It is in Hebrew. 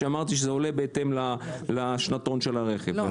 כשאמרתי שזה עולה בהתאם לשנתון של הרכב.